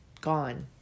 gone